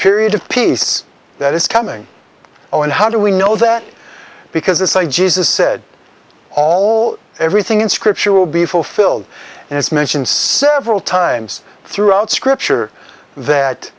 period of peace that is coming on how do we know that because this i jesus said all everything in scripture will be fulfilled and it's mentioned several times throughout scripture that